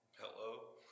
Hello